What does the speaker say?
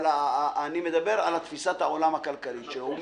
אבל אני מדבר על תפיסת העולם הכלכלית שלו.